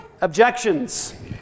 Objections